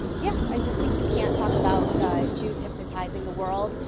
yeah, i just think you can't talk about yeah jews hypnotizing the world,